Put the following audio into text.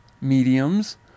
mediums